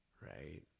right